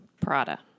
Prada